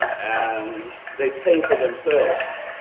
and they pay for themselves.